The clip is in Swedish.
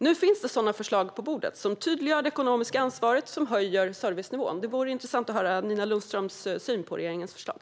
Nu finns det sådana förslag på bordet, som tydliggör det ekonomiska ansvaret och höjer servicenivån. Det vore intressant att höra Nina Lundströms syn på regeringens förslag.